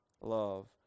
love